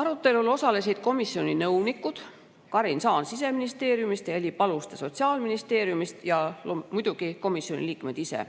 Arutelul osalesid komisjoni nõunikud, Karin Saan Siseministeeriumist ja Heli Paluste Sotsiaalministeeriumist ning muidugi komisjoni liikmed ise.